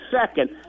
second